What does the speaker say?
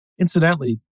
Incidentally